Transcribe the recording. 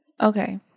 Okay